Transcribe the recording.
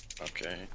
Okay